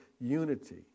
unity